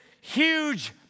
huge